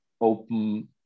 open